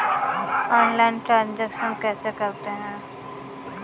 Online transaction कैसे करते हैं?